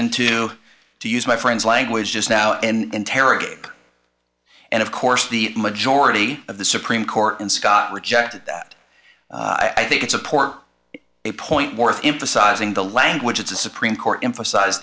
into to use my friend's language just now and interrogator and of course the majority of the supreme court and scott reject that i think it's a port a point worth emphasizing the language it's the supreme court emphasize